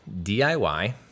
DIY